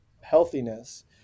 healthiness